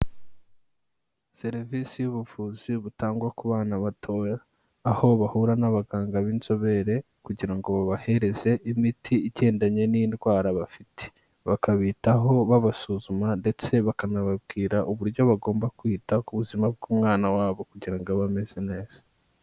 Serivisi y'ubuvuzi butangwa ku bana batoya, aho bahura n'abaganga b'inzobere kugira ngo babahereze imiti igendanye n'indwara bafite, bakabitaho babasuzuma ndetse bakanababwira uburyo bagomba kwita ku buzima bw'umwana wabo kugira ngo abe ameze neza.